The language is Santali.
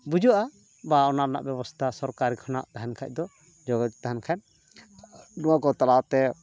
ᱵᱩᱡᱷᱟᱹᱜᱼᱟ ᱵᱟ ᱚᱱᱟ ᱨᱮᱱᱟᱜ ᱵᱮᱵᱚᱥᱛᱷᱟ ᱥᱚᱨᱠᱟᱨᱤ ᱠᱷᱚᱱᱟᱜ ᱛᱟᱦᱮᱱ ᱠᱷᱟᱱ ᱫᱚ ᱡᱳᱜᱟᱡᱡᱳᱜᱽ ᱛᱟᱦᱮᱱ ᱠᱷᱟᱱ ᱱᱚᱣᱟ ᱠᱚ ᱛᱟᱞᱟ ᱛᱮ